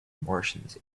martians